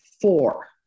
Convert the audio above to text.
four